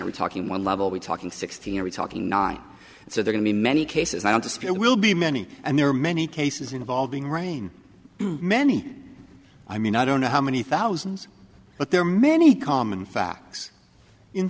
we're talking one level we're talking sixteen are we talking nine so there can be many cases i don't dispute will be many and there are many cases involving rain many i mean i don't know how many thousands but there are many common facts in